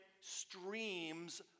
streams